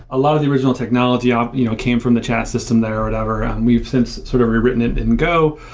a lot of the original technology um you know came from the chat system there or whatever. um we've since sort of rewritten it in go,